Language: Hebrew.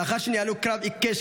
לאחר שניהלו קרב עיקש,